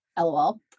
LOL